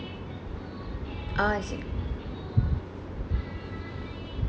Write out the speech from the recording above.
ah I see